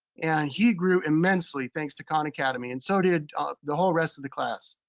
and he grew immensely thanks to khan academy, and so did the whole rest of the class.